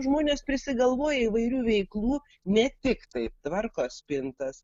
žmonės prisigalvoja įvairių veiklų ne tiktai tvarko spintas